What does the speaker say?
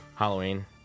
Halloween